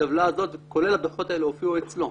הטבלה הזאת, כולל הדוחות האלה, הופיעה אצלו,